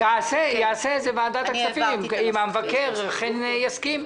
יעשה את זה ועדת הכספים אם המבקר אכן יסכים.